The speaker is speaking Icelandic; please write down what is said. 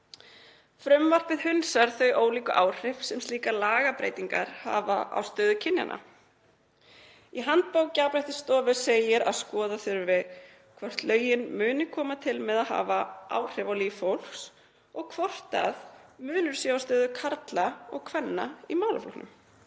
frumvarpið þau ólíku áhrif sem slíkar lagabreytingar hafa á stöðu kynjanna.“ Í handbók Jafnréttisstofu segir að skoða þurfi hvort lögin muni koma til með að hafa „áhrif á líf fólks“ og hvort „munur sé á stöðu karla og kvenna í málaflokknum“.